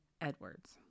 Edwards